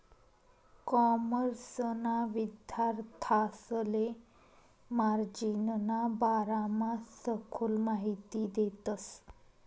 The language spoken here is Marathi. कॉमर्सना विद्यार्थांसले मार्जिनना बारामा सखोल माहिती देतस